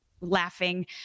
laughing